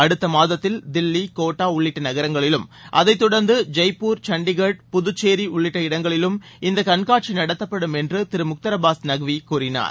அடுத்த மாதத்தில் தில்லி கோட்டா உள்ளிட்ட நகரங்களிலும் அதை தொடர்ந்து ஜெய்பூர் சண்டிகர் புதுச்சேரி உள்ளிட்ட இடங்களிலும் இந்த கண்காட்சி நடத்தப்படும் என்று திரு முக்தார் அப்பாஸ் நக்வி கூறினார்